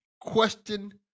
Question